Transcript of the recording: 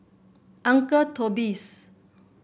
Uncle Toby's